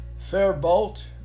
Fairbolt